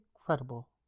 incredible